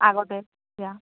আগতে দিয়া